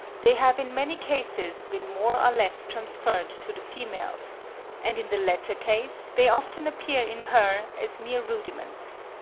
they have in many cases been more or less transferred to the females and in the latter case they often appear in her as mere rudiments.